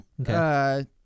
Okay